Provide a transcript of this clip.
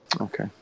Okay